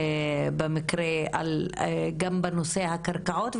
גם בנושא הקרקעות.